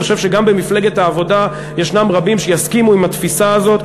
אני חושב שגם במפלגת העבודה יש רבים שיסכימו עם התפיסה הזאת.